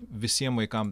visiem vaikam